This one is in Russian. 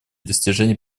достижений